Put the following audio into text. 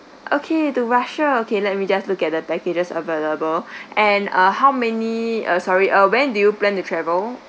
okay to russia okay let me just look at the packages available and uh how many uh sorry uh when do you plan to travel